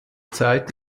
zeit